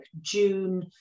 June